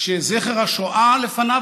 שזכר השואה לפניו,